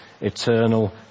eternal